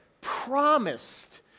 Promised